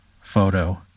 photo